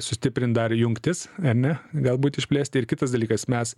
sustiprint dar jungtis ar ne galbūt išplėsti ir kitas dalykas mes